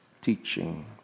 teaching